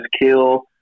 kill